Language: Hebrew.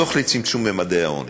הדוח לצמצום ממדי העוני,